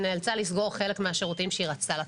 נאלצה לסגור חלק מהשירותים שהיא רצתה לתת.